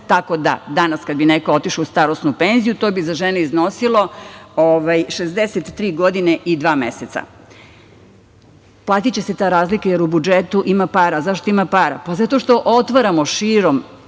tako da danas kada bi neko otišao u starosnu penziju, to bi za žene iznosilo 63 godine i dva meseca. Platiće se ta razlika, jer u budžetu ima para. Zašto ima para? Pa, zato što otvaramo širom